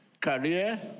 career